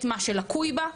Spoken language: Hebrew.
את מה שלקוי בה,